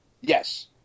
Yes